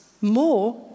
more